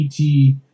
ET